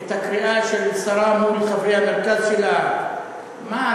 את הקריאה של השרה מול חברי המרכז שלה מה,